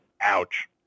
Ouch